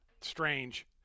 Strange